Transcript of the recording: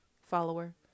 follower